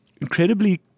incredibly